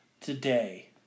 today